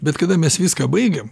bet kada mes viską baigiam